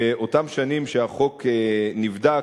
באותן שנים שהחוק נבדק,